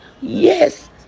Yes